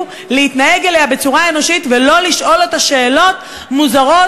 להתנהג אתה בצורה אנושית ולא לשאול אותה שאלות מוזרות,